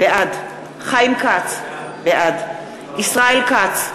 בעד חיים כץ, בעד ישראל כץ,